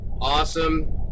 awesome